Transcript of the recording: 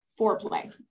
foreplay